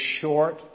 short